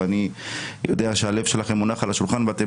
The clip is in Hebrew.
ואני יודע שהלב שלכם מונח על השולחן ואתם